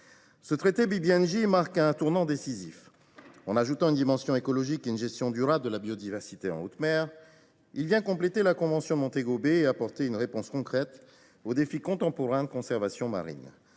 Ce traité BBNJ marque un tournant décisif. En ajoutant une dimension écologique et une gestion durable de la biodiversité en haute mer, il vient compléter la convention de Montego Bay et apporter une réponse concrète aux défis contemporains de conservation marine.